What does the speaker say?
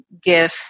give